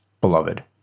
beloved